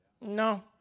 No